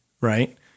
right